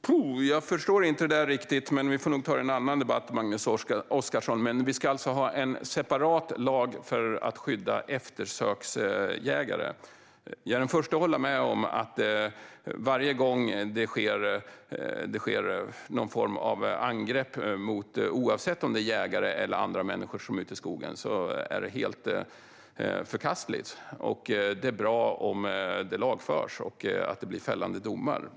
Fru talman! Jag förstår inte det där riktigt, men vi får nog ta det i en annan debatt, Magnus Oscarsson. Vi ska alltså ha en separat lag för att skydda eftersöksjägare? Jag är den förste att hålla med om att varje gång någon form av angrepp sker, oavsett om det är mot jägare eller andra människor som är ute i skogen, är det helt förkastligt. Det är bra om det lagförs och att det leder till fällande domar.